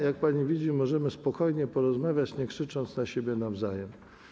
Jak pani widzi, możemy spokojnie porozmawiać, nie krzycząc na siebie nawzajem.